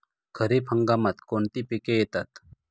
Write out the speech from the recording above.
खरीप हंगामात कोणती पिके येतात?